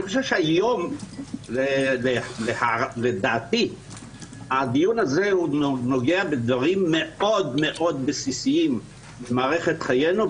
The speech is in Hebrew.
אני חושב שהיום הדיון הזה נוגע בדברים מאוד מאוד בסיסיים במערכת חיינו,